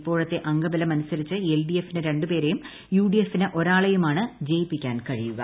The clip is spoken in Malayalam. ഇപ്പോഴത്തെ അംഗബലം അനുസരിച്ച് എൽഡിഎഫിന് രണ്ടു പേരെയും യുഡിഎഫിന് ഒരാളെയുമാണ് ജയിക്കാൻ കഴിയുക